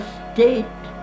state